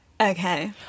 Okay